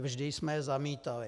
Vždy jsme je zamítali.